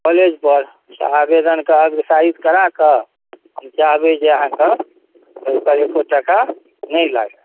college पर आवेदनके अग्रसारित कराके हम चाहबै जे अहाँकेँ टका नहि लागत